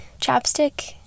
chapstick